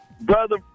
brother